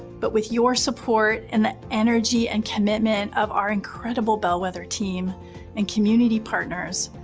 but with your support and the energy and commitment of our incredible bellwether team and community partners,